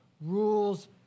rules